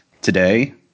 Today